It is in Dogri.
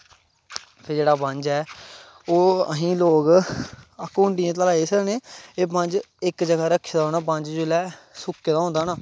ते जेह्ड़ा बंज ऐ ओह् असैं लोग कुड़ियां ते लाई सकने एह् बंज इक जगाह् रक्खे दा होऐ बंज जिसलै सुक्के दा होऐ ना